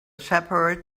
shepherd